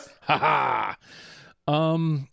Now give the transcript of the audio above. Ha-ha